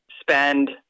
spend